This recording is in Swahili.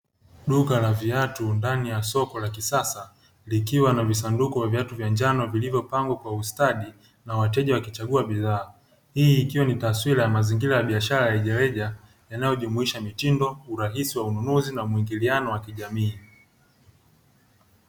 Duka la viatu ndani ya soko la kisasa likiwa na visanduku vya viatu vya njano vilivyopangwa kwa ustadi na wateja wakichagua bidhaa. Hii ikiwa ni taswira ya mazingira ya biashara ya rejareja yanayojumuisha mitindo, ununuzi wa kirahisi na muingiliano wa kijamii.